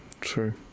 True